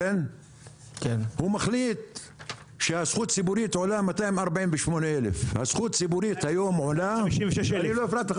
הוא מחליט שהזכות הציבורית עולה 248,000. 256,000. לא הפרעתי לך,